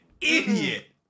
idiot